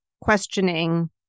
questioning